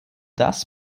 das